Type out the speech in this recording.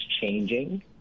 changing